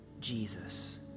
Jesus